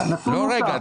לא רגע.